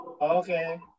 Okay